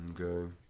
okay